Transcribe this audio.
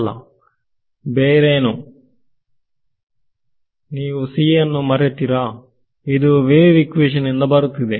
ಅಲ್ಲ ಬೇರೇನೋ c ಅನು ಮರೆತಿರಾ ಇದು ವೇವ್ ಈಕ್ವೇಶನ್ ನಿಂದ ಬರುತ್ತಿದೆ